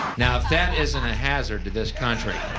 now if that isn't a hazard to this country.